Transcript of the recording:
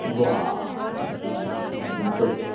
बा